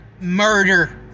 murder